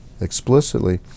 explicitly